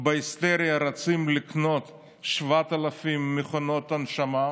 בהיסטריה רצים לקנות 7,000 מכונות הנשמה,